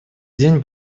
день